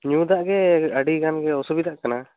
ᱧᱩ ᱫᱟᱜ ᱜᱮ ᱟᱹᱰᱤ ᱜᱟᱱ ᱜᱮ ᱚᱥᱩᱵᱤᱫᱟᱜ ᱠᱟᱱᱟ